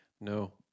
No